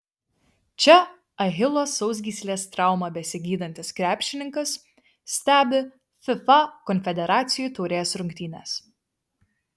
čia achilo sausgyslės traumą besigydantis krepšininkas stebi fifa konfederacijų taurės rungtynes